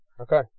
Okay